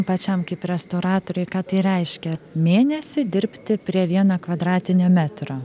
pačiam kaip restauratoriui ką tai reiškia mėnesį dirbti prie vieno kvadratinio metro